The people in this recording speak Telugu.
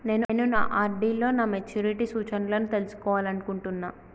నేను నా ఆర్.డి లో నా మెచ్యూరిటీ సూచనలను తెలుసుకోవాలనుకుంటున్నా